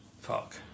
fuck